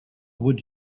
would